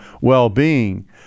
well-being